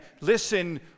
listen